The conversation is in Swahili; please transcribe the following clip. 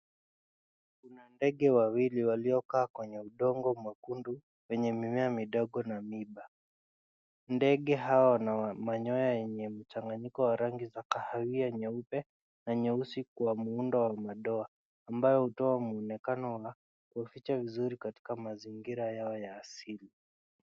Kuna ndege wawili waliokaa kwenye udongo mwekundu, penye mimea midogo na miba. Ndege hawa wana manyoya yenye mchanganyiko wa rangi za kahawia nyeupe na nyeusi kwa muundo wa madoa ambao utoa mwonekano wa kuwaficha vizuri katika mazingira yao ya asili.